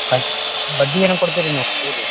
ಆಯ್ತು ಬಡ್ಡಿ ಏನೇನು ಕೊಡ್ತೀರಿ ನೀವು